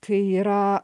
kai yra